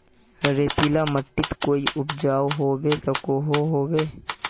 रेतीला माटित कोई उपजाऊ होबे सकोहो होबे?